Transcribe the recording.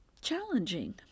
challenging